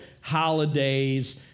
holidays